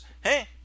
hey